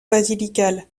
basilical